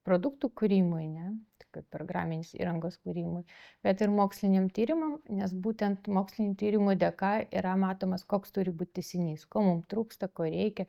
produktų kūrimui ne kaip programinės įrangos kūrimui bet ir moksliniam tyrimam nes būtent mokslinių tyrimų dėka yra matomas koks turi būt tęsinys ko mum trūksta ko reikia